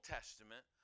Testament